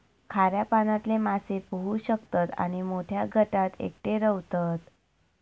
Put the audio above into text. खाऱ्या पाण्यातले मासे पोहू शकतत आणि मोठ्या गटात एकटे रव्हतत